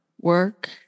work